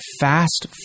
fast